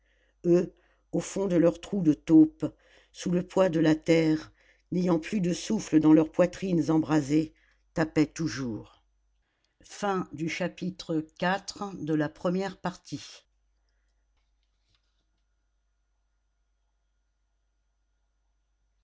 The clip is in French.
eux au fond de leur trou de taupe sous le poids de la terre n'ayant plus de souffle dans leurs poitrines embrasées tapaient toujours